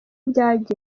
byagenze